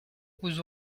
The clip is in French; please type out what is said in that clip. vous